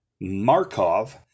Markov